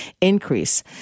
increase